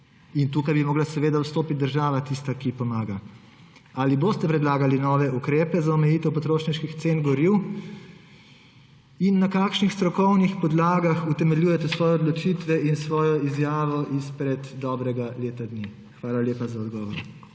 tukaj bi morala seveda vstopit država, tista, ki pomaga. Ali boste predlagali nove ukrepe za omejitev potrošniških cen goriv? Na kakšnih strokovnih podlagah utemeljujete svoje odločitve in svojo izjavo izpred dobrega leta dni? Hvala lepa za odgovor.